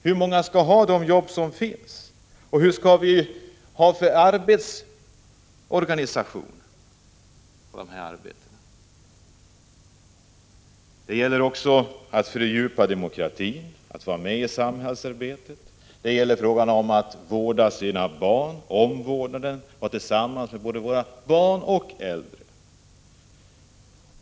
Det handlar om vilken arbetsorganisation vi skall ha för de arbeten som finns. Det handlar om att fördjupa demokratin, men också om människors möjligheter att vara med i samhällsarbetet och att sköta omvårdnaden om barn och äldre.